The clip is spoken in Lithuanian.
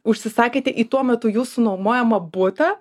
užsisakėte į tuo metu jūsų nuomojamą butą